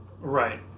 Right